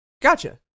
Gotcha